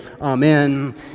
Amen